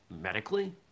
medically